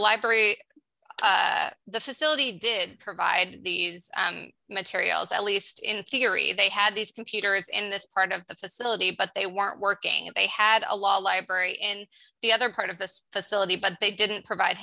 library the facility did provide these materials at least in theory they had these computers and this part of the facility but they weren't working and they had a law library and the other part of the facility but they didn't provide